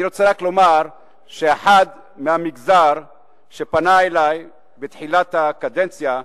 אני רוצה רק לומר שאחד מהמגזר שפנה אלי בתחילת הקדנציה,